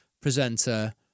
presenter